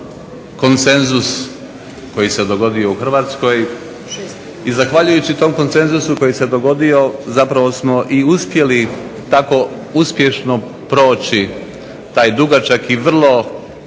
konsenzus koji se dogodio u Hrvatskoj i zahvaljujući tom konsenzusu koji se dogodio zapravo smo i uspjeli tako uspješno proći taj dugačak i vrlo